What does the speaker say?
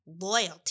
loyalty